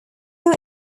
more